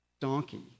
donkey